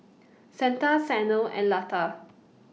Santha Sanal and Lata